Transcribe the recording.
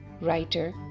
writer